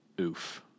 Oof